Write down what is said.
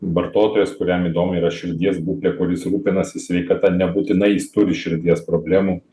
vartotojas kuriam įdomi yra širdies būklė kuris rūpinasi sveikata nebūtinai jis turi širdies problemų